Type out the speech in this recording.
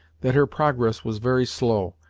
that her progress was very slow,